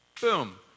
Boom